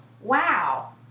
wow